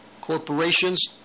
Corporations